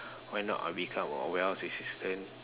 why not I become a warehouse assistant